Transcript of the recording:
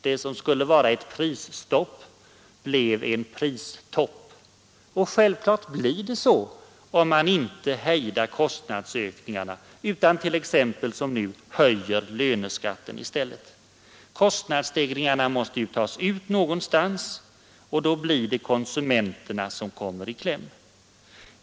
Det som skulle vara ett prisstopp blev en pris-topp. Och självklart blir det så, om man inte hejdar kostnadsökningarna utan t.ex. höjer löneskatten i stället, vilket nu har skett. Kostnadsstegringarna måste ju tas ut någonstans, och då blir det konsumenterna som kommer i kläm.